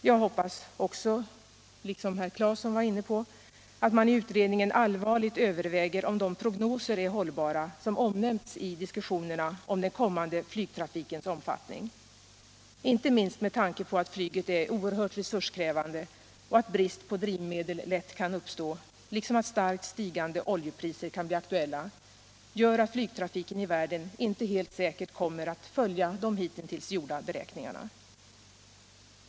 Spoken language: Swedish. Jag hoppas också, liksom herr Claeson var inne på, att man i utredningen allvarligt överväger om de prognoser är hållbara som omnämnts i diskussionerna om den kommande flygtrafikens omfattning. Inte minst den omständigheten att Nyget är oerhört resurskrävande och att brist på drivmedel lätt kan uppstå samt att starkt stigande oljepriser kan bli aktuella gör att flygtrafiken i världen inte helt säkert kommer att följa de hittills gjorda beräkningarna.